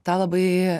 tą labai